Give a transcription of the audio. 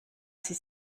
sie